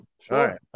Sure